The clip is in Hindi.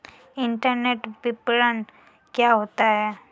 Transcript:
इंटरनेट विपणन क्या होता है?